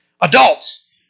Adults